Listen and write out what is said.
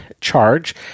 charge